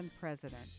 president